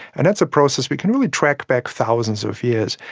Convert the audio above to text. and that's a process we can really track back thousands of years,